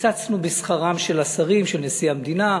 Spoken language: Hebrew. וקיצצנו בשכרם של השרים, נשיא המדינה,